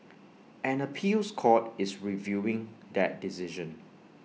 an appeals court is reviewing that decision